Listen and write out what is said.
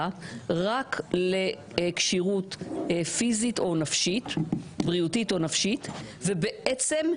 הסתייגות מספר 39, מי בעד הרביזיה?